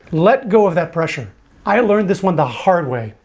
let go of that pressure i learned this one the hard way.